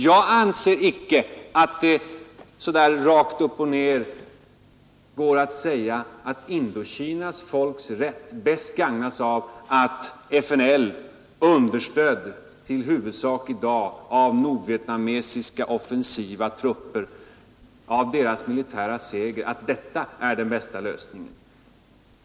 Jag anser inte att det så där på rak arm går att säga att Indokinas folks rätt bäst gagnas av att FNL, i dag huvudsakligen understött av nordvietnamesiska offensiva trupper, vinner en militär seger.